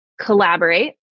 collaborate